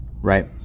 Right